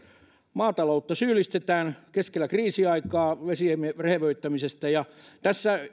maataloutta syyllistetään keskellä kriisiaikaa vesiemme rehevöittämisestä tässä